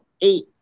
eight